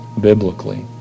biblically